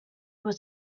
was